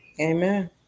Amen